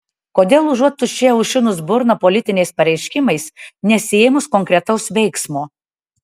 kodėl užuot tuščiai aušinus burną politiniais pareiškimais nesiėmus konkretaus veiksmo